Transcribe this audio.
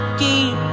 keep